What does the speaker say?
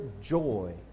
joy